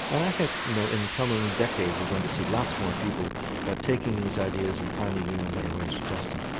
and i think you know in the coming decade we're going to see lots more people taking these ideas and finding new and better ways to test them.